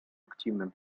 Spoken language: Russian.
активно